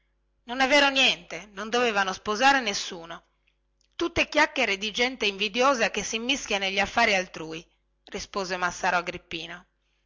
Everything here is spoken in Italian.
non è vero niente non dovevano sposare nessuno tutte chiacchiere di gente invidiosa che si immischia negli affari altrui rispose massaro agrippino